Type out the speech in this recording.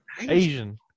Asian